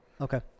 Okay